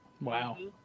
Wow